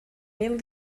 mil